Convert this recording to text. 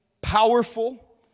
powerful